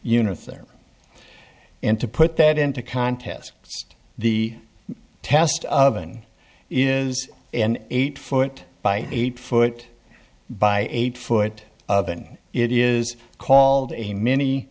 units there and to put that into contests the test of been is an eight foot by eight foot by eight foot of and it is called a m